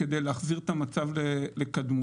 כדי להחזיר את המצב לקדמותו.